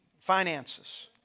finances